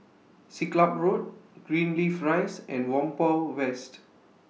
Siglap Road Greenleaf Rise and Whampoa West